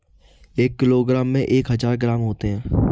एक किलोग्राम में एक हज़ार ग्राम होते हैं